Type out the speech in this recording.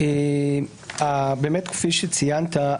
כפי שציינת,